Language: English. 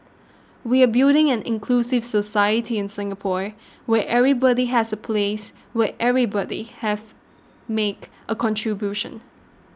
we are building an inclusive society in Singapore where everybody has a place where everybody have make a contribution